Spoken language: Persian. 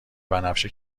بنفش